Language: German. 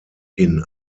hin